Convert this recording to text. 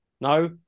No